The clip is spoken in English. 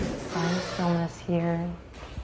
find stillness here.